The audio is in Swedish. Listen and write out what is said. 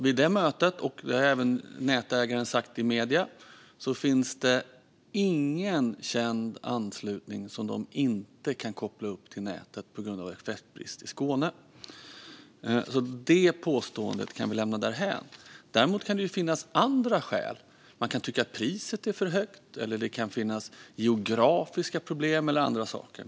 Vid detta möte framkom, vilket nätägaren också har sagt i medierna, att det inte finns någon känd anslutning som de inte kan koppla upp till nätet på grund av effektbrist i Skåne. Därför kan vi lämna detta påstående därhän. Däremot kan det finnas andra skäl. Man kan tycka att priset är för högt. Det kan också finnas geografiska problem eller andra saker.